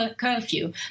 curfew